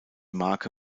marke